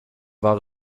war